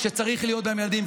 שצריכים להיות בהם ילדים,